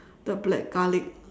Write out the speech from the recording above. the black garlic